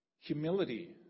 humility